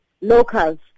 locals